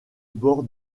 bord